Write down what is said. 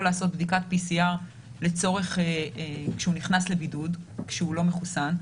לעשות בדיקת PCR כשהוא נכנס לבידוד כשהוא לא מחוסן,